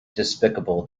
despicable